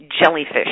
jellyfish